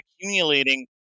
accumulating